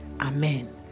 Amen